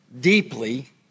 deeply